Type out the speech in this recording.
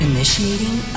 Initiating